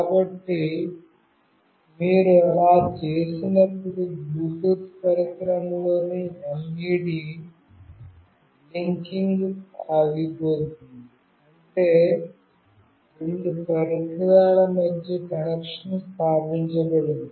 కాబట్టి మీరు అలా చేసినప్పుడు బ్లూటూత్ పరికరంలోని LED బ్లింకింగ్ ఆగిపోతుంది అంటే రెండు పరికరాల మధ్య కనెక్షన్ స్థాపించబడింది